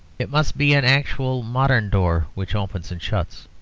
it must be an actual modern door which opens and shuts,